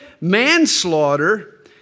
Manslaughter